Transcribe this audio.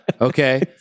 Okay